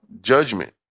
judgment